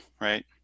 right